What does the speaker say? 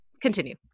Continue